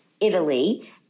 Italy